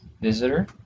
visitor